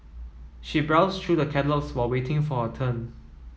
she browsed through the catalogues while waiting for her turn